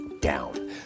down